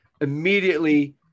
immediately